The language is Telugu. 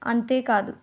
అంతే కాదు